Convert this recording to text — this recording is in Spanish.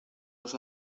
los